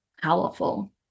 powerful